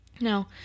No